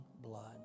blood